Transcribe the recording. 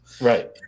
Right